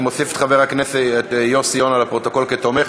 אני מוסיף את חבר הכנסת יוסי יונה לפרוטוקול כתומך.